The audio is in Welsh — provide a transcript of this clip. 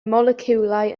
moleciwlau